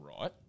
right